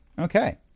Okay